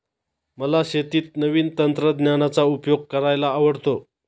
मला शेतीत नवीन तंत्रज्ञानाचा उपयोग करायला आवडतो